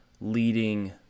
leading